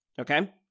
okay